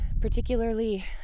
particularly